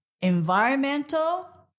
Environmental